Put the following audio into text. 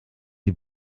die